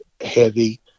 heavy